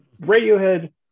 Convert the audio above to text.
Radiohead